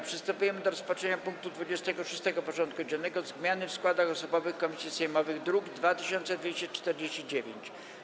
Przystępujemy do rozpatrzenia punktu 26. porządku dziennego: Zmiany w składach osobowych komisji sejmowych (druk nr 2249)